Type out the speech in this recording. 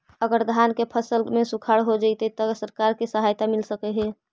अगर धान के फ़सल में सुखाड़ होजितै त सरकार से सहायता मिल सके हे?